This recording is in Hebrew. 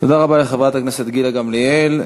תודה רבה לחברת הכנסת גילה גמליאל.